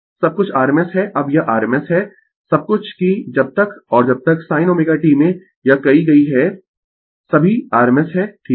सब कुछ rms है अब यह rms है सब कुछ कि जब तक और जब तक sin ω t में यह कही गयी है सभी rms है ठीक है